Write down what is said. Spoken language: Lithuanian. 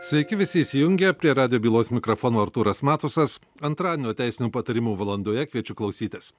sveiki visi įsijungę prie radijo bylos mikrofono artūras matusas antradienio teisinių patarimų valandoje kviečiu klausytis